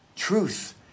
truth